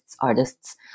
artists